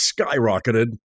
skyrocketed